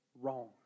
wrong